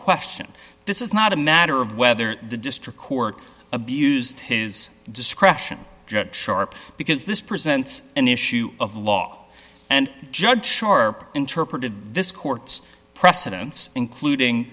question this is not a matter of whether the district court abused his discretion sharp because this presents an issue of law and judge sharp interpreted this court's precedents including